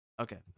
Okay